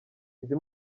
izi